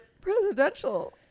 presidential